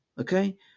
Okay